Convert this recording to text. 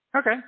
Okay